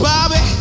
Bobby